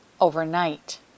Overnight